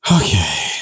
okay